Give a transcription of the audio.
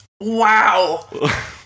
Wow